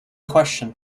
question